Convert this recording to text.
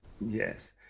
Yes